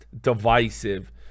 divisive